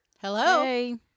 Hello